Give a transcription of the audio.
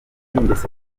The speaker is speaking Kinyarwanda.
ingeso